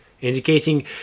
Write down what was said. indicating